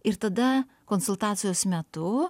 ir tada konsultacijos metu